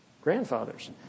grandfathers